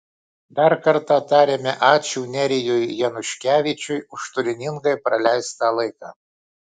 dar kartą tariame ačiū nerijui januškevičiui už turiningai praleistą laiką